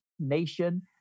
nation